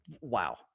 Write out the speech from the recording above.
Wow